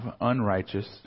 unrighteous